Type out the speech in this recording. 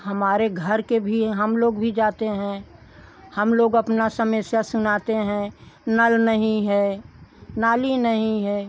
हमारे घर के भी हम लोग भी जाते हैं हम लोग अपना समस्या सुनाते हैं नल नहीं है नाली नहीं है